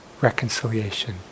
reconciliation